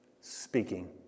Speaking